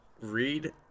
Read